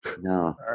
No